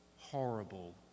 horrible